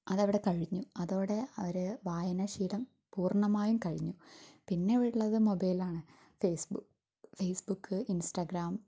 അതവിടെ കഴിഞ്ഞു അതോടെ ആ ഒരു വായനാശീലം പൂർണ്ണമായും കഴിഞ്ഞു പിന്നെ ഉള്ളത് മൊബൈലാണ് ഫേസ്ബുക്ക് ഫേസ്ബുക്ക് ഇൻസ്റ്റാഗ്രാം